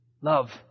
love